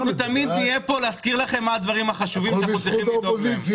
אנחנו תמיד נהיה פה להזכיר לכם מה הם הדברים החשובים שצריך לדאוג להם.